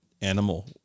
animal